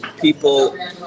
people